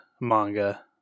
manga